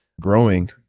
growing